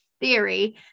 theory